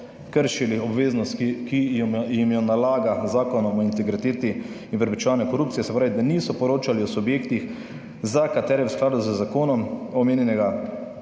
kršili obveznost, ki jim jo nalaga Zakon o integriteti in preprečevanju korupcije. Se pravi, da niso poročali o subjektih za katere v skladu z zakonom omenjenega